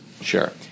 Sure